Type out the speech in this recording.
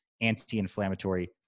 anti-inflammatory